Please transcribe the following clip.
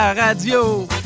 radio